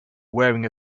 wearing